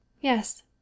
yes